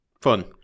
fun